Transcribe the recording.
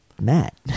Matt